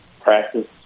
practice